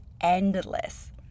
endless